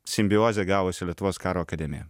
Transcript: simbiozė gavosi lietuvos karo akademija